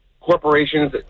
Corporations